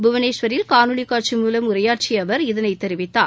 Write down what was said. புவனேஸ்வரில் காணொலி காட்சி மூலம் உரையாற்றிய அவர் அவர் இதனை தெரிவித்தார்